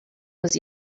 was